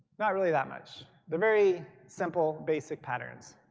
not really that much. the very simple basic patterns.